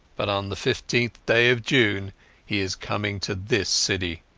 but on the fifteenth day of june he is coming to this city.